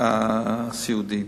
האשפוז הסיעודי.